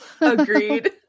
Agreed